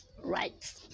right